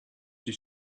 die